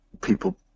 people